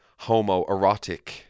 homoerotic